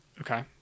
Okay